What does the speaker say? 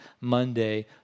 Monday